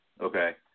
Okay